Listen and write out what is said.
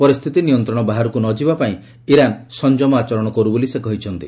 ପରିସ୍ଥିତି ନିୟନ୍ତ୍ରଣ ବାହାରକୁ ନଯିବା ପାଇଁ ଇରାନ୍ ସଂଯମ ଆଚରଣ କରୁ ବୋଲି ସେ କହିଛନ୍ତି